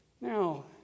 Now